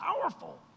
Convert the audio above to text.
powerful